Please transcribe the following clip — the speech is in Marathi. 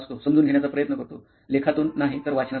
समजून घेण्याचा प्रयत्न करतो लेखांतून नाही तर वाचनातून